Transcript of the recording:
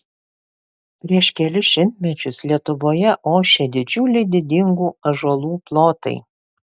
prieš kelis šimtmečius lietuvoje ošė didžiuliai didingų ąžuolų plotai